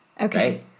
Okay